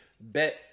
bet